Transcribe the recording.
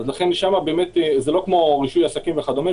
זה לא כמו רישוי עסקים וכדומה,